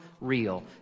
real